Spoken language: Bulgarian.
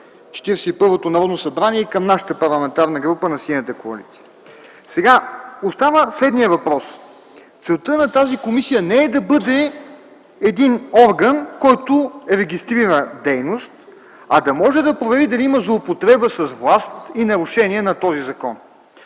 първото Народно събрание и към Парламентарната група на Синята коалиция. Остава следният въпрос: целта на тази комисия не е да бъде един орган, който регистрира дейност, а да може да провери дали има злоупотреба с власт и нарушение на този закон.